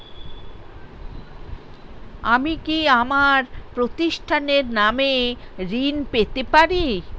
আমি কি আমার প্রতিষ্ঠানের নামে ঋণ পেতে পারি?